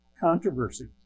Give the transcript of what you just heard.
controversy